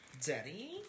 Daddy